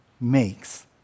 makes